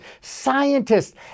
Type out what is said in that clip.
scientists